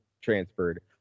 transferred